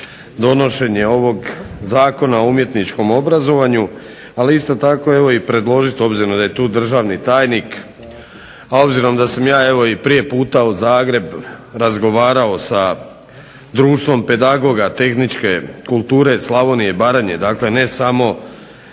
donošenje ovog Zakona o umjetničkom obrazovanju, ali isto tako i predložiti, obzirom da je tu državni tajnik, obzirom da sam ja i prije puta u Zagreb razgovarao sa Društvom pedagoga tehničke kulture Slavonije i Baranje, dakle ne samo